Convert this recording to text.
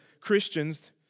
Christians